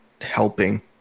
helping